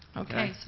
okay,